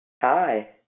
Hi